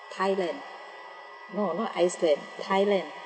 thailand no not iceland thailand